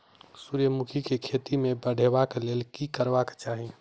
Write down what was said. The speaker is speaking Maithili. सूर्यमुखी केँ खेती केँ बढ़ेबाक लेल की करबाक चाहि?